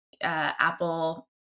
apple